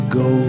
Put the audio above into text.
go